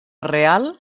real